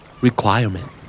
Requirement